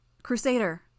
Crusader